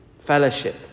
fellowship